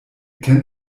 kennt